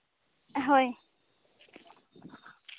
ᱦᱳᱭ